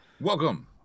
Welcome